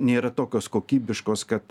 nėra tokios kokybiškos kad